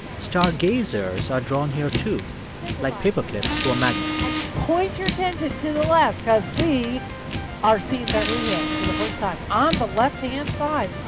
stargazers are drawn here too like paperclips to a magnet and point your attention to the left cause we are seeing beverly hills for the first time on um the left hand side.